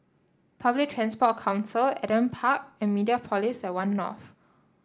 Public Transport Council Adam Park and Mediapolis at One North